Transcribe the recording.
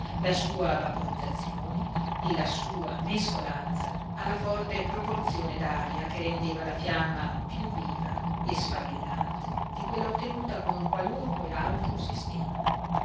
la sua vaporizzazione e la sua mescolanza alla forte proporzione d'aria che rendeva la fiamma piú viva e sfavillante di quella ottenuta con qualunque altro sistema